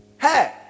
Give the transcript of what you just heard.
Hey